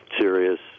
serious